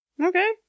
Okay